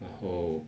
然后